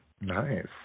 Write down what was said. Nice